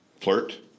flirt